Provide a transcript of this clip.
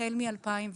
החל מ-2019.